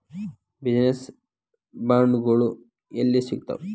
Business ಬಾಂಡ್ಗಳು ಯೆಲ್ಲಿ ಸಿಗ್ತಾವ?